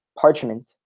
parchment